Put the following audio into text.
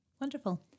Wonderful